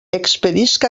expedisc